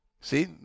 See